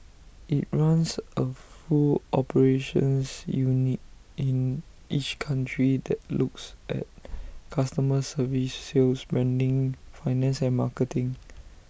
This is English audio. IT runs A full operations unit in each country that looks at customer service sales branding finance and marketing